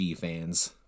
fans